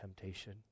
temptation